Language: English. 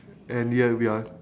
and yet we are